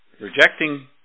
rejecting